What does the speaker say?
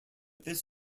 this